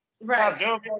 Right